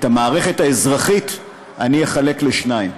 את המערכת האזרחית אני אחלק לשניים: